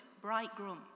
bridegroom